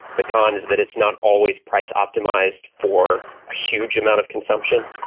the con is that it's not always price optimized for a huge amount of consumption.